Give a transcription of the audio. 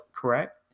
correct